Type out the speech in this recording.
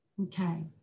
Okay